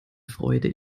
freude